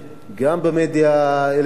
גם במדיה אלקטרונית,